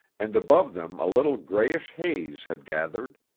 and above them a little grayish haze had gathered.